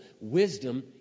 Wisdom